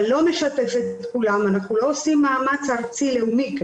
אבל לא משתף את כולם ואנחנו לא עושים מאמץ ארצי לאומי.